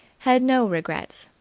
had no regrets.